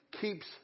keeps